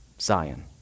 Zion